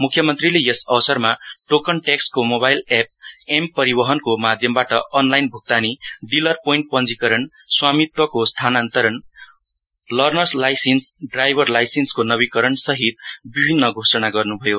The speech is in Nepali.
मुख्यमन्त्रीले यस अवसरमा टोकन ट्याक्सको मोबाइल एप एम परिवाहको माध्यमबाट अनलाईन भुक्तानीडिलर पोइन्ट पञ्चीकरणस्वामित्वको स्थानान्तरण लरनर लाइसिन्सड्राइभर लाइसिन्सको नविकरणसहित विभिन्न घोषणा गर्नुभयो